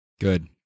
Good